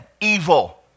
evil